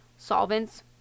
Solvents